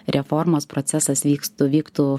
reformos procesas vykstų vyktų